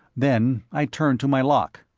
then i turned to my lock.